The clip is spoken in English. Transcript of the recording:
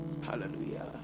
Hallelujah